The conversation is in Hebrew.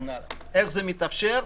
איך זה מתאפשר?